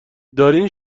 دارین